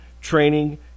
training